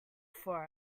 for